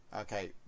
Okay